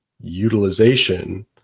utilization